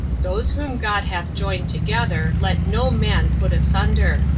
those whom god hath joined together let no man put asunder,